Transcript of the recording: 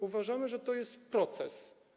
Uważamy, że to jest proces.